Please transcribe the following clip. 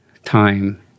time